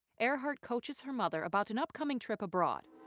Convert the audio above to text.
earhart coaches her mother about an upcoming trip abroad.